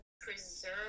preserve